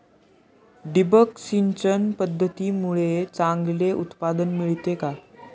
ठिबक सिंचन पद्धतीमुळे चांगले उत्पादन मिळते का?